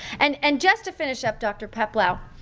and and just to finish up, dr. peplau,